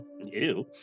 ew